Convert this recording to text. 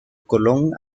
colón